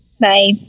Bye